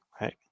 Right